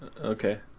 Okay